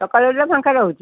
ସକାଳ ବେଳଟା ଫାଙ୍କା ରହୁଛି